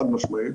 חד משמעית,